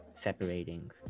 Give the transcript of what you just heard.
separating